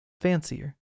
fancier